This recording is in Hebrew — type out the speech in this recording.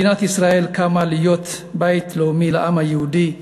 מדינת ישראל קמה להיות בית לאומי לעם היהודי,